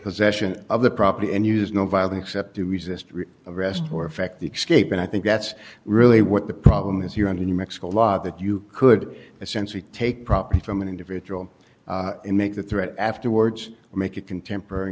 possession of the property and use no violence except to resist arrest or affect the scapegoat i think that's really what the problem is here in new mexico law that you could essentially take property from an individual and make the threat afterwards make it contempora